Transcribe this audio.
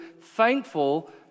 Thankful